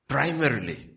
Primarily